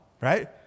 right